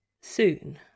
Soon